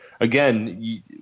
again